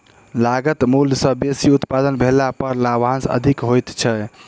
लागत मूल्य सॅ बेसी उत्पादन भेला पर लाभांश अधिक होइत छै